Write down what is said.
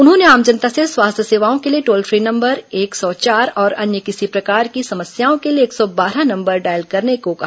उन्होंने आम जनता से स्वास्थ्य सेवाओं के लिए टोल फ्री नंबर एक सौ चार और अन्य किसी भी प्रकार की समस्याओं के लिए एक सौ बारह नंबर डायल कर संपर्क करने को कहा